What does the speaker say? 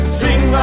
sing